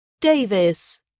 Davis